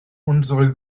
unsere